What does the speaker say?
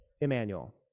Emmanuel